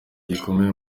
gikomeye